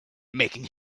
making